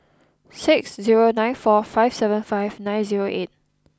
six zero nine four five seven five nine zero eight